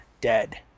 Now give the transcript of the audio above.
dead